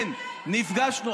כן, נפגשנו.